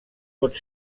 pot